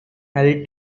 mary